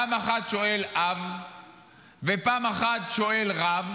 פעם אחת שואל אב ופעם אחת שואל רב: